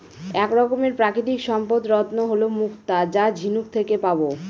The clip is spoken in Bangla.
এক রকমের প্রাকৃতিক সম্পদ রত্ন হল মুক্তা যা ঝিনুক থেকে পাবো